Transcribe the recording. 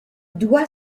doit